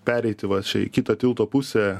pereiti va čia į kitą tilto pusę